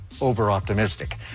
over-optimistic